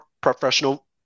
professional